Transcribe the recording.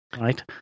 right